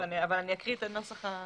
אני אקריא את הנוסח הסופי.